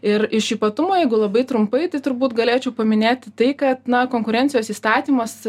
ir iš ypatumų jeigu labai trumpai tai turbūt galėčiau paminėti tai kad na konkurencijos įstatymas